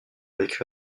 vécu